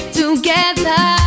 together